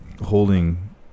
holding